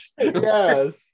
Yes